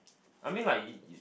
I mean like y~ y~